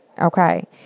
Okay